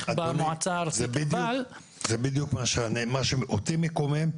במועצה הארצית --- זה בדיוק מה שאותי מקומם.